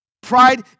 Pride